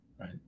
right